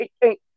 hey